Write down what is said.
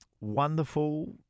wonderful